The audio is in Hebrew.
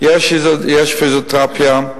יש פיזיותרפיה,